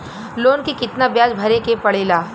Loan के कितना ब्याज भरे के पड़े ला?